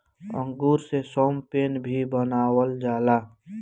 अंगूर से शैम्पेन भी बनावल जाला